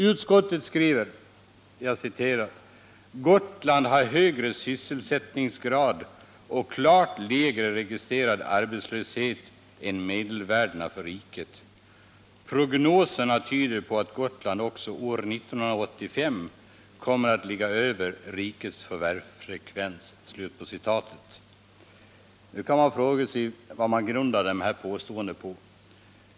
Utskottet skriver: ”Gotland har högre sysselsättningsgrad och klart lägre registrerad arbetslöshet än medelvärdena för riket. Prognoserna tyder på att Gotland också år 1985 kommer att ligga över rikets förvärvsfrekvens.” Man kan fråga sig vad detta påstående grundas på.